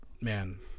man